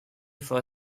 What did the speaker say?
for